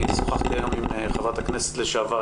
אני שוחחתי היום עם חברת הכנסת לשעבר,